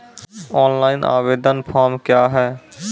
Online आवेदन form क्या हैं?